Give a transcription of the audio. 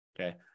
Okay